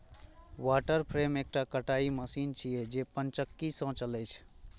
water frame एकटा कताइ machine छियै, जे पनचक्की सं चलै छै